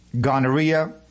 gonorrhea